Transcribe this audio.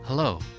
Hello